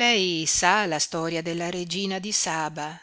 lei sa la storia della regina di saba